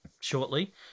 shortly